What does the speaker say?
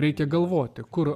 reikia galvoti kur